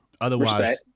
Otherwise